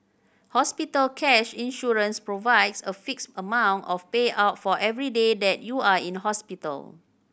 hospital cash insurance provides a fixed amount of payout for every day that you are in hospital